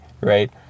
right